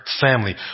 family